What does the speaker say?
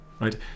Right